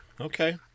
okay